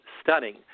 stunning